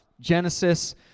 Genesis